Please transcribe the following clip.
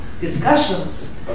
discussions